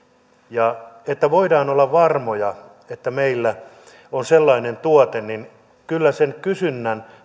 ja jotta voidaan olla varmoja että meillä on sellainen tuote niin kyllä sen kysynnän